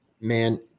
Man